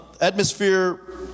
atmosphere